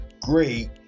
great